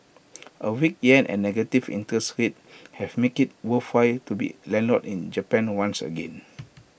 A weak Yen and negative interest rates have made IT worthwhile to be A landlord in Japan once again